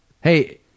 Hey